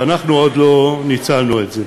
ואנחנו עוד לא ניצלנו את זה.